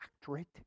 doctorate